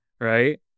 Right